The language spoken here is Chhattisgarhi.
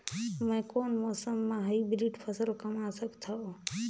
मै कोन मौसम म हाईब्रिड फसल कमा सकथव?